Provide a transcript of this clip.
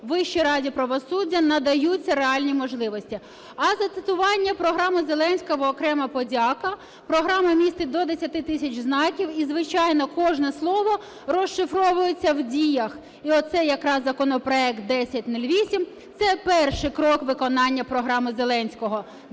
Вищій раді правосуддя надаються реальні можливості. А за цитування програми Зеленського окрема подяка. Програма містить до 10 тисяч знаків. І, звичайно, кожне слово розшифровується в діях. І оце якраз законопроект 1008 – це перший крок виконання програми Зеленського.